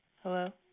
Hello